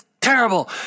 terrible